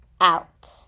out